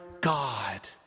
God